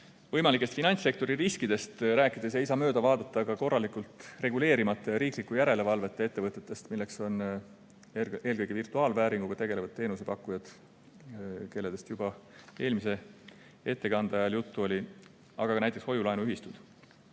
Võimalikest finantssektori riskidest rääkides ei saa mööda vaadata ka korralikult reguleerimata ja riikliku järelevalveta ettevõtetest, milleks on eelkõige virtuaalvääringuga tegelevad teenusepakkujad, kellest juba eelmise ettekande ajal juttu oli, aga ka näiteks hoiu-laenuühistud.